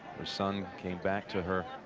her son came back to her